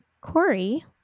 Corey